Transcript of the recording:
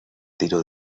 tiro